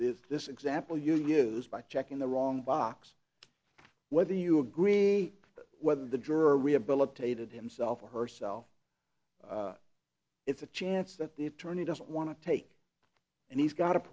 this this example you use by check in the wrong box whether you agree whether the juror rehabilitated himself or herself it's a chance that the attorney doesn't want to take and he's got a